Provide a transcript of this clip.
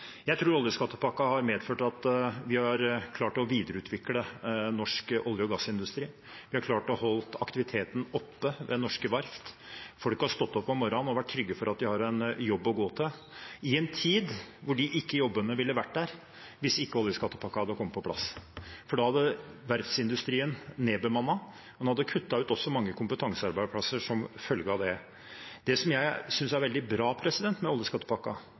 Jeg tror at oljeskattepakken har medført at vi har klart å videreutvikle norsk olje- og gassindustri. Vi har klart å holde aktiviteten oppe ved norske verft. Folk har stått opp om morgenen og vært trygge for at de har en jobb å gå til, i en tid da disse jobbene ikke ville ha vært der hvis ikke oljeskattepakken hadde kommet på plass. Da hadde verftsindustrien nedbemannet, og en hadde kuttet ut mange kompetansearbeidsplasser som følge av det. Det jeg synes er veldig bra med